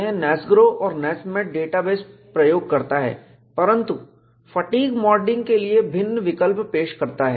यह NASGRO का NASMAT database प्रयोग करता है परंतु फटीग मॉडलिंग के लिए भिन्न विकल्प पेश करता है